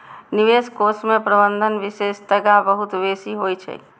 निवेश कोष मे प्रबंधन विशेषज्ञता बहुत बेसी होइ छै